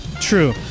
True